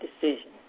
decision